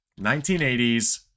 1980s